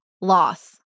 loss